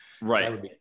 Right